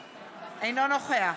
נגד רם שפע, נגד נירה שפק,